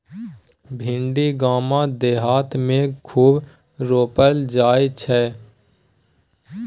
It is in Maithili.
भिंडी गाम देहात मे खूब रोपल जाई छै